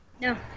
No